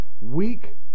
week